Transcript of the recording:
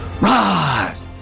rise